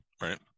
right